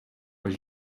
was